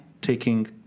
taking